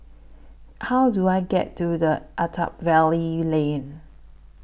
How Do I get to The Attap Valley Lane